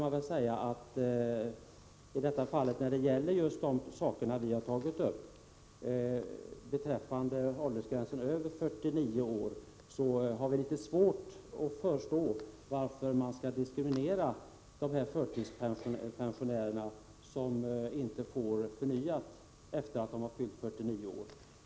När det gäller den åldersgräns som satts vid 49 år har vi svårt att förstå varför man skall diskriminera förtidspensionärer efter det att de har fyllt 49 år.